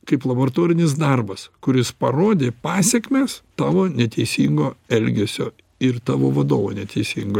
kaip laboratorinis darbas kuris parodė pasekmes tavo neteisingo elgesio ir tavo vadovo neteisingo